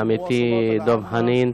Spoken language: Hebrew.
עמיתי דב חנין,